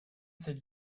cette